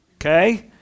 Okay